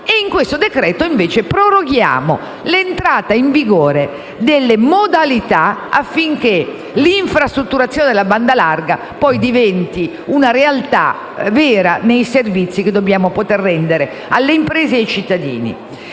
in questo stesso decreto, proroghiamo l'entrata in vigore delle modalità affinché l'infrastrutturazione della banda larga diventi una realtà vera nei servizi che dobbiamo poter rendere a imprese e cittadini.